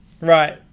Right